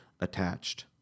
attached